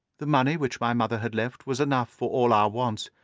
the money which my mother had left was enough for all our wants,